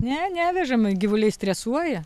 ne nevežam gyvuliai stresuoja